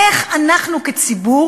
איך אנחנו כציבור